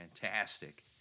Fantastic